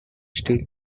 still